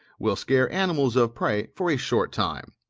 will scare animals of prey for a short time.